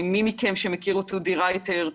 מי מכם שמכיר את אודי רייטר,